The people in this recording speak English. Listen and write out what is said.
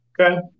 Okay